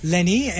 Lenny